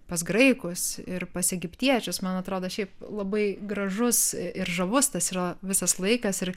pas graikus ir pas egiptiečius man atrodo šiaip labai gražus ir žavus tas yra visas laikas ir